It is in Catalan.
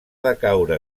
decaure